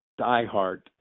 diehard